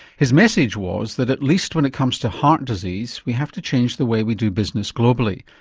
his message was that, at least when it comes to heart disease, we have to change the way we do business globally,